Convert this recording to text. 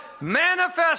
Manifest